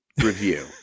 review